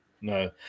No